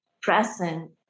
present